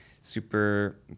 super